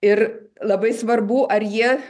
ir labai svarbu ar jie